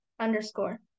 underscore